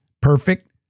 perfect